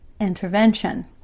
intervention